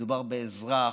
מדובר באזרח,